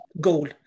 goal